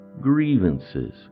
grievances